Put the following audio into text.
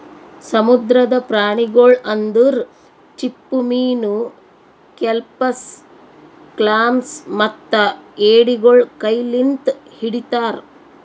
ಸಮುದ್ರದ ಪ್ರಾಣಿಗೊಳ್ ಅಂದುರ್ ಚಿಪ್ಪುಮೀನು, ಕೆಲ್ಪಸ್, ಕ್ಲಾಮ್ಸ್ ಮತ್ತ ಎಡಿಗೊಳ್ ಕೈ ಲಿಂತ್ ಹಿಡಿತಾರ್